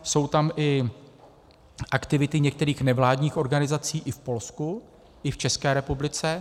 Jsou tam i aktivity některých nevládních organizací i v Polsku, i v České republice.